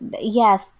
yes